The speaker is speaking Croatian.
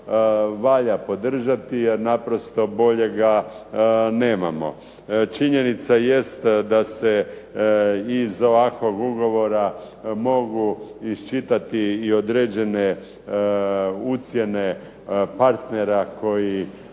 valja podržati jer naprosto boljega nemamo. Činjenica jest da se iz ovakvog ugovora mogu iščitati i određene ucjene partnera koji